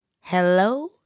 Hello